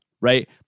Right